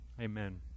amen